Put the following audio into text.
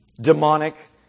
demonic